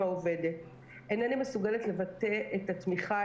אינני מסוגלת לבטא את התמיכה,